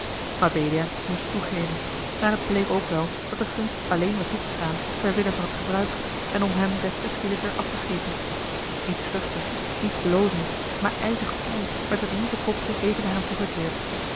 mabelia moest toegeven maar het bleek ook wel dat de gunst alleen werd toegestaan ter wille van t gebruik en om hem des te schielijker af te schepen niet schuchter niet blozend maar ijzig koel werd het lieve kopje even naar hem toegekeerd